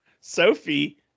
Sophie